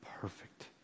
perfect